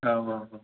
औ औ औ